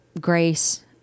grace